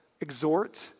exhort